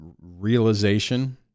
realization